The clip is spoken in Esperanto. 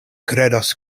kredas